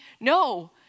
No